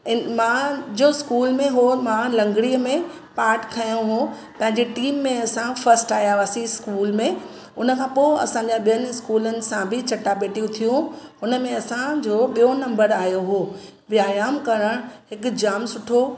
इनमां जो स्कूल में हुअमि मां लंगड़ीअ में पार्ट खयों हुओ पंहिंजे टीम में असां फस्ट आया हुआसीं स्कूल में उनखां पोइ असांजा ॿियनि स्कूलनि सां बि चटाभेटियूं थियूं उनमें असांजो ॿियों नंबर आयो हुओ व्यायाम करणु हिकु जाम सुठो